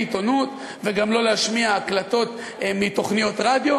עיתונות וגם לא להשמיע הקלטות מתוכניות רדיו,